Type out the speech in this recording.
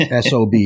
SOB